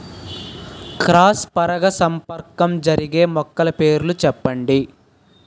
Cross పరాగసంపర్కం జరిగే మొక్కల పేర్లు చెప్పండి?